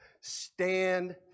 Stand